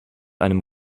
einem